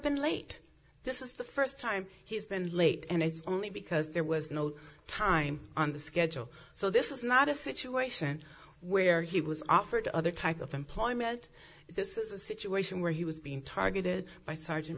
been late this is the first time he's been late and it's only because there was no time on the schedule so this is not a situation where he was offered other type of employment this is a situation where he was being targeted by sergeant